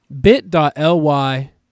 Bit.ly